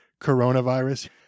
coronavirus